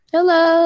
Hello